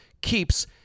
keeps